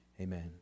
Amen